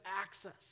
access